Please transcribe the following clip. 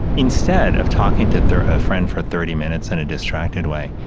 instead of talking to their ah friend for thirty minutes in a distracted way.